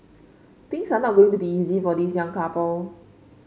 things are not going to be easy for this young couple